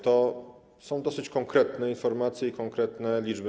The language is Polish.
To są dosyć konkretne informacje i konkretne liczby.